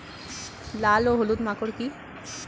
লাল ও হলুদ মাকর কী?